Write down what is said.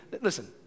listen